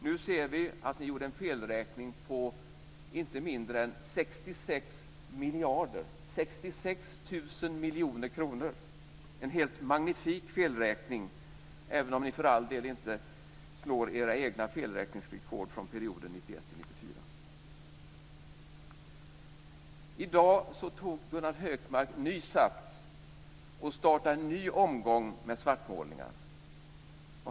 Nu ser vi att ni gjorde en felräkning på inte mindre än 66 miljarder kronor - sextiosextusen miljoner - en magnifik felräkning, även om ni inte slår era egna felräkningsrekord från perioden 1991-1994. I dag tog Gunnar Hökmark ny sats och startade en ny omgång med svartmålningar.